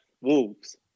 wolves